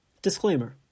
Disclaimer